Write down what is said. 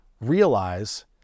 realize